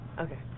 okay